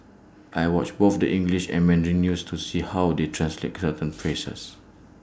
I watch both the English and Mandarin news to see how they translate certain phrases